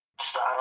style